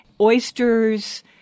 Oysters